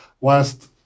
Whilst